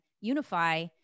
unify